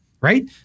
right